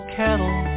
cattle